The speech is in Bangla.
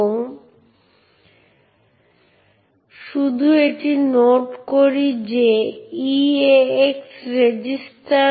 এখন নেটওয়ার্ক সকেট সম্পর্কিত পারমিশনগুলি ফাইল বা অন্য কোনও ডিভাইসের মতো নয় নেটওয়ার্ক সকেটগুলি ইউআইডির সাথে সম্পর্কিত নয় তাই এর অর্থ হল যে কেউ আসলে একটি মেশিনের সাথে সংযোগ করতে পারে